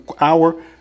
hour